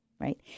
right